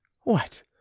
What